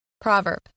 Proverb